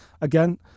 again